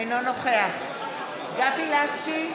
אינו נוכח גבי לסקי,